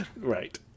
Right